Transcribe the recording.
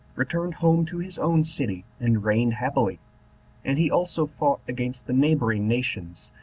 returned home to his own city, and reigned happily and he also fought against the neighboring nations,